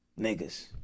niggas